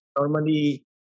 normally